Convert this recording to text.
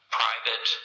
private